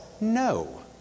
no